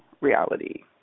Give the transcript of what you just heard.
reality